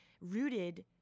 rooted